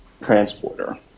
transporter